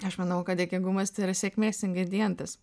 aš manau kad dėkingumas tai yra sėkmės ingredientas